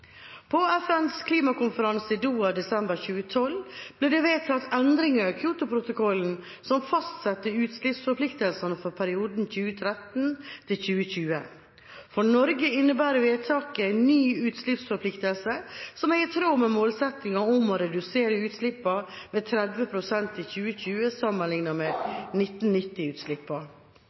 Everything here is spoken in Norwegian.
På FNs klimakonferanse i Doha i desember 2012 ble det vedtatt endringer i Kyotoprotokollen som fastsetter utslippsforpliktelser for perioden 2013–2020. For Norge innebærer vedtaket en ny utslippsforpliktelse, som er i tråd med målsettingen om å redusere utslippene med 30 pst. i 2020 sammenlignet med